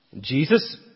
Jesus